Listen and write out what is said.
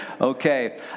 Okay